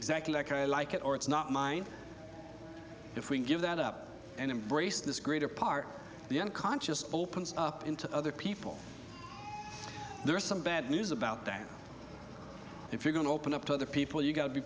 exactly like i like it or it's not mine if we give that up and embrace this greater part of the unconscious opens up into other people there is some bad news about that if you're going to open up to other people you've got to be